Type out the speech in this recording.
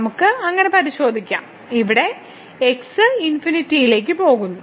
നമുക്ക് അങ്ങനെ പരിശോധിക്കാം ഇവിടെ x ലേക്ക് പോകുന്നു